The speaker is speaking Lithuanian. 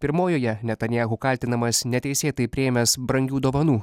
pirmojoje netanijahu kaltinamas neteisėtai priėmęs brangių dovanų